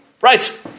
Right